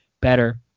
better